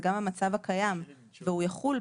זה גם המצב הקיים והוא יחול,